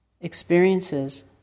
experiences